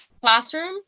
classroom